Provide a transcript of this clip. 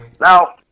Now